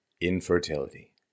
infertility